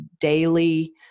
daily